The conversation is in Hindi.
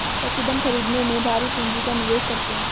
पशुधन खरीदने में भारी पूँजी का निवेश करते हैं